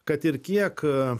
kad ir kiek